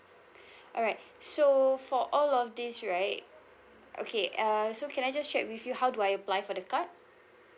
alright so for all of these right okay uh so can I just check with you how do I apply for the card